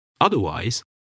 Otherwise